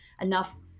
enough